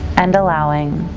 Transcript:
and allowing.